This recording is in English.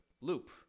Loop